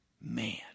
Man